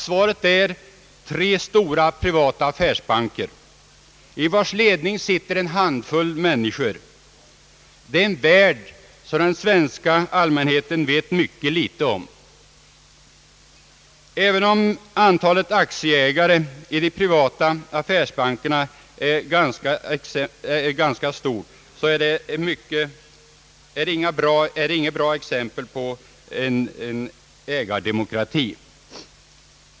Svaret är: Tre stora privata affärsbanker i vilkas ledning sitter en handfull människor. Det är en värld som den svenska allmänheten vet mycket litet om. Även om antalet aktieägare i de privata affärsbankerna är ganska stort, så är det inget bra exempel på en ägardemokrati.